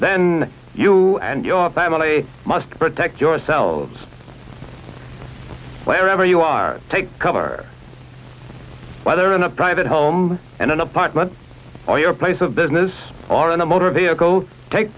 then you and your family must protect yourselves plan never you are take cover whether in a private home and an apartment or your place of business or in a motor vehicle take